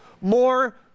more